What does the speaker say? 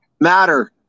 matter